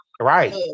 Right